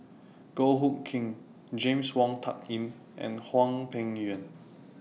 Goh Hood Keng James Wong Tuck Yim and Hwang Peng Yuan